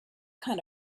kind